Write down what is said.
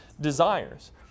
desires